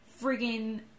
friggin